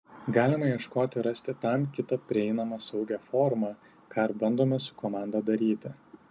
galima ieškoti ir rasti tam kitą prieinamą saugią formą ką ir bandome su komanda daryti